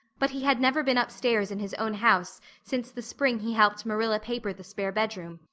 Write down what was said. but he had never been upstairs in his own house since the spring he helped marilla paper the spare bedroom,